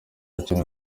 kintu